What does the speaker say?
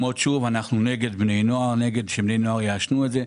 אנחנו נגד זה שבני נוער יעשנו את זה,